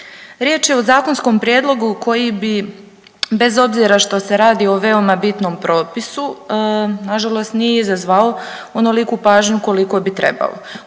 Riječ je o zakonskom prijedlogu koji bi bez obzira što se radi o veoma bitnom propisu na žalost nije izazvao onoliku pažnju koliko bi trebalo